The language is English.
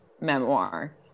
memoir